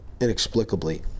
inexplicably